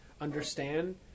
understand